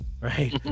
right